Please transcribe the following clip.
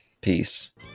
peace